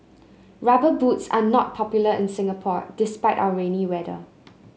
rubber boots are not popular in Singapore despite our rainy weather